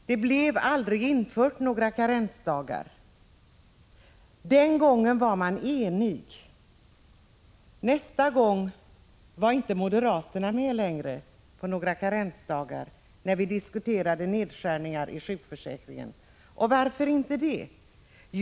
Det infördes aldrig några karensdagar. 1982 var de borgerliga eniga. Nästa gång som vi diskuterade nedskärningar i sjukförsäkringen var inte längre moderaterna med på förslaget om karensdagar. Varför inte?